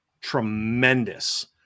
tremendous